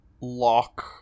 lock